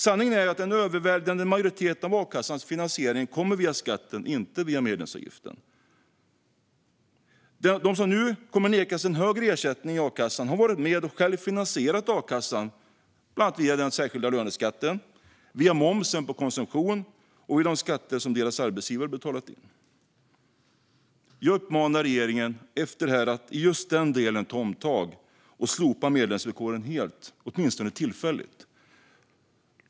Sanningen är att den överväldigande majoriteten av a-kassans finansiering kommer via skatten, inte via medlemsavgiften. De som nu kommer att nekas den högre ersättningen i a-kassan har själva varit med och finansierat a-kassan, bland annat via den särskilda löneskatten, via momsen på konsumtion och via de skatter som deras arbetsgivare betalat in. Jag uppmanar regeringen att i just den delen ta omtag och slopa medlemsvillkoren helt, åtminstone tillfälligt.